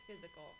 physical